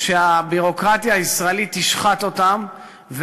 שהביורוקרטיה הישראלית תשחק אותן,